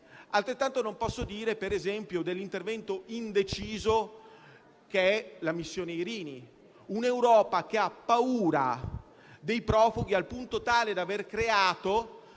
Altrettanto non posso dire, per esempio, dell'intervento indeciso rappresentato dalla missione Irini. Un'Europa che ha paura dei profughi, al punto tale da aver creato